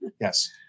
Yes